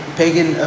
pagan